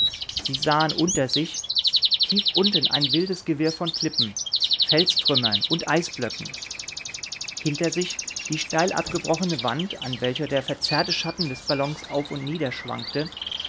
sie sahen unter sich tief unten ein wildes gewirr von klippen felstrümmern und eisblöcken hinter sich die steil abgebrochene wand an welcher der verzerrte schatten des ballons auf und niederschwankte